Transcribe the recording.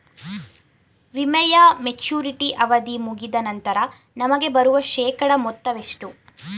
ವಿಮೆಯ ಮೆಚುರಿಟಿ ಅವಧಿ ಮುಗಿದ ನಂತರ ನಮಗೆ ಬರುವ ಶೇಕಡಾ ಮೊತ್ತ ಎಷ್ಟು?